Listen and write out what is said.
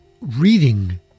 reading